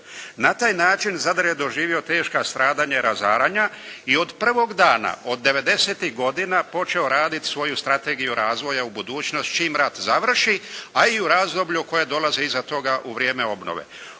Na taj način Zadar je doživio teška stradanja i razaranja i od prvog dana od '90.-ih godina počeo raditi svoju strategiju razvoja u budućnost čim rat završi, a i u razdoblju u kojem dolaze iza toga u vrijeme obnove.